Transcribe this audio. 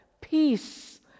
peace